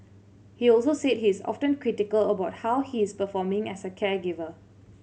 he also said he is often critical about how he is performing as a caregiver